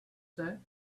said